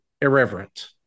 irreverent